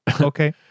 Okay